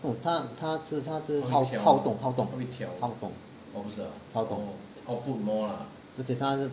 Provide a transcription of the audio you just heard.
no no 他是他是好动好动而且他是